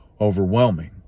overwhelming